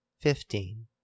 fifteen